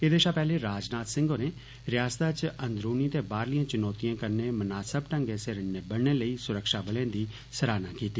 एह्दे शा पैह्ले राजनाथ सिंह होरें रियास्ता च अंदरूनी ते बाह्रलियें चुनौतियें कन्नै मनासब ढंग्गै सिर निबड़ने लेई सुरक्षा बलें दी सराहना कीती